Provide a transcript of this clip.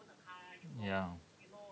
ya